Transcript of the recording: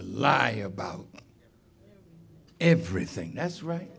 lie about everything that's right